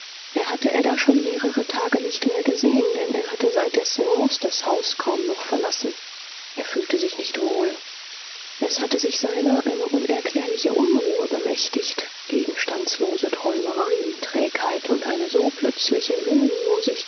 er hatte ada schon mehrere tage nicht mehr gesehen denn er hatte seit der seance das haus kaum noch verlassen er fühlte sich nicht wohl es hatte sich seiner eine unerklärliche unruhe bemächtigt gegenstandslose träumereien trägheit und eine so plötzliche